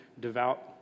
devout